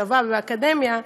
הצבא והאקדמיה,